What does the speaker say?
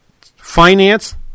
finance